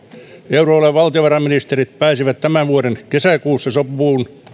euroalueen valtiovarainministerit pääsivät tämän vuoden kesäkuussa sopuun